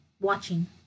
watching